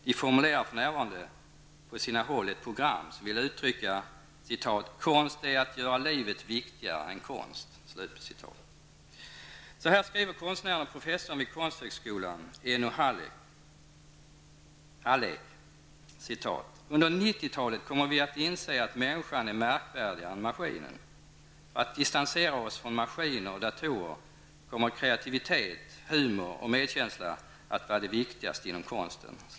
De formulerar för närvarande på sina håll ett program som vill uttrycka att ''konst är att göra livet viktigaste än konst''. Så här skriver konstnären och professorn vid konsthögskolan Enno Hallek: ''Under 90-talet kommer vi att inse att människan är märkvärdigare än maskinen. För att distansera oss från maskiner och datorer kommer kreativitet, humor och medkänsla att vara det viktigare inom konsten.''